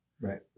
right